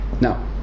Now